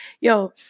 yo